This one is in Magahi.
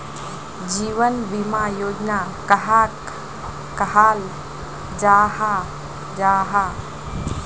जीवन बीमा योजना कहाक कहाल जाहा जाहा?